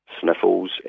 sniffles